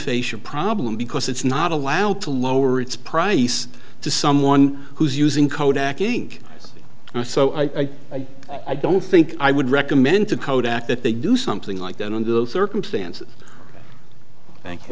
facial problem because it's not allowed to lower its price to someone who is using kodak ink so i i don't think i would recommend to kodak that they do something like that under those circumstances